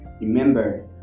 remember